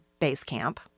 Basecamp